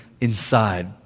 inside